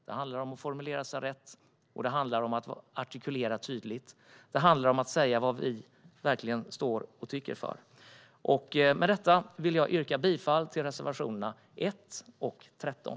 Det handlar om att formulera sig rätt, och det handlar om att artikulera tydligt. Det handlar om att säga vad vi verkligen står för. Med detta vill jag yrka bifall till reservationerna 1 och 13.